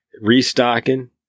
restocking